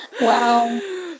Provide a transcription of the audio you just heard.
wow